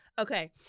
Okay